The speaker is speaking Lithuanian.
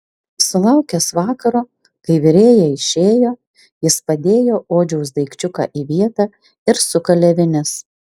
sulaukęs vakaro kai virėja išėjo jis padėjo odžiaus daikčiuką į vietą ir sukalė vinis